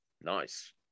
Nice